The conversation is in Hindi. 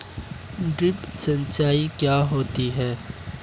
ड्रिप सिंचाई क्या होती हैं?